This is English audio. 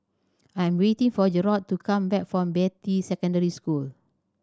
I'm waiting for Jerrod to come back from Beatty Secondary School